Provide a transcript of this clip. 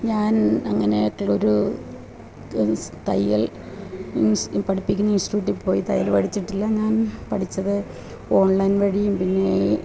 ഞാന് അങ്ങനേയിട്ടുള്ളൊരു തയ്യല് ഇന്സ് പഠിപ്പിക്കുന്ന ഇന്സ്റ്റിട്ട്യൂട്ടില് പോയി തയ്യല് പഠിച്ചിട്ടില്ല ഞാന് പഠിച്ചത് ഓണ്ലൈന് വഴിയും പിന്നെ